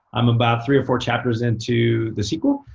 i'm about three or four chapters into the sequel.